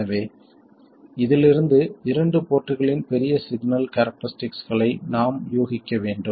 எனவே இதிலிருந்து இரண்டு போர்ட்களின் பெரிய சிக்னல் கேரக்டரிஸ்டிக்ஸ்களை நாம் ஊகிக்க வேண்டும்